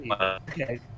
Okay